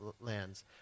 lands